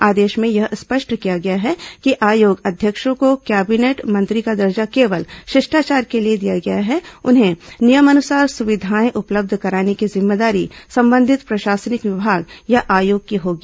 आदेश में यह स्पष्ट किया गया है कि आयोग अध्यक्षों को कैबिनेट मंत्री का दर्जा केवल शिष्टाचार के लिए दिया गया है उन्हें नियमानुसार सुविधाएं उपलब्ध कराने की जिम्मेदारी संबंधित प्रशासनिक विभाग या आयोग की होगी